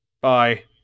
bye